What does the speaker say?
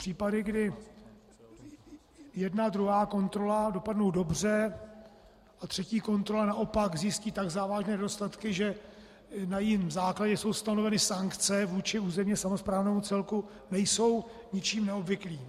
Případy, kdy jedna, druhá kontrola dopadnou dobře a třetí kontrola naopak zjistí tak závažné nedostatky, že na jejím základě jsou stanoveny sankce vůči územně samosprávnému celku, nejsou ničím neobvyklým.